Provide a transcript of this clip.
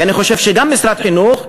ואני חושב שגם משרד החינוך,